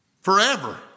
Forever